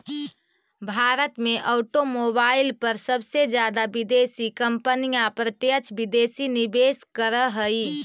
भारत में ऑटोमोबाईल पर सबसे जादा विदेशी कंपनियां प्रत्यक्ष विदेशी निवेश करअ हई